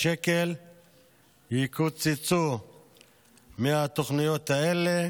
שקל יקוצצו מהתוכניות האלה,